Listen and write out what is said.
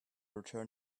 return